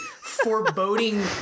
foreboding